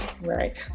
Right